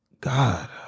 God